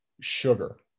sugar